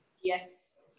Yes